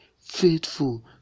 faithful